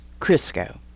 Crisco